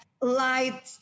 light